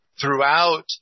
throughout